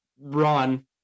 run